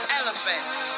elephants